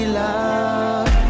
love